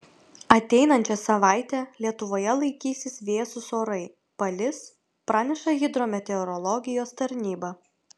ateinančią savaitę lietuvoje laikysis vėsūs orai palis praneša hidrometeorologijos tarnyba